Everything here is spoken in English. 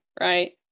right